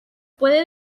puede